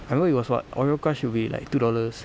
I remember it was what oreo crush will be like two dollars